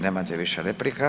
Nemate više replika.